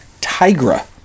Tigra